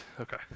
Okay